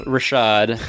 Rashad